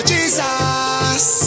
Jesus